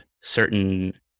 certain